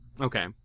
okay